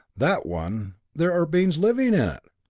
that one there are beings living in it!